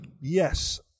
Yes